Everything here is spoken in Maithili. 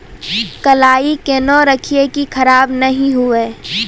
कलाई केहनो रखिए की खराब नहीं हुआ?